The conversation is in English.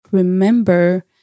Remember